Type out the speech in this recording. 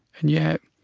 and yet,